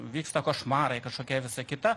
vyksta košmarai kažkokia visa kita